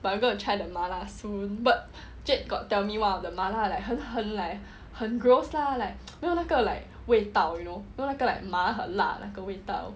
but I'm going to try the 麻辣 soon but jade got tell me one of the 麻辣 like 很很 like 很 gross lah like 没有那个 like 味道 you know 没有那个麻辣的味道